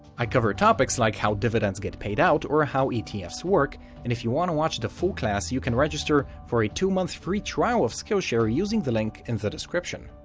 i cover topics like how dividends get paid out or how etfs work and if you want to watch the full class you can register for a two month free trial of skillshare using the link in the description.